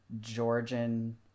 Georgian